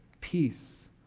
peace